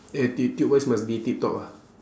attitude wise must be tip-top ah